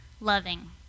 loving